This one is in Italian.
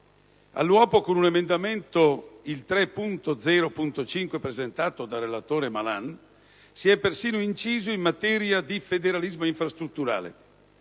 All'uopo, con un emendamento, il 3.0.5, presentato dal relatore Malan, si è persino inciso in materia di federalismo infrastrutturale.